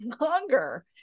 longer